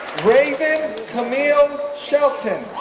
raven camille shelton,